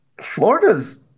Florida's